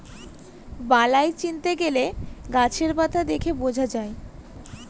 বালাই চিনতে গেলে গাছের পাতা দেখে বোঝা যায়